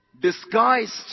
Disguised